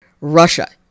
Russia